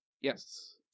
yes